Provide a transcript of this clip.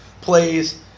plays